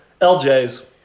LJ's